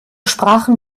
sprachen